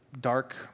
dark